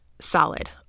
solid